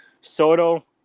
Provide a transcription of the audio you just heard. Soto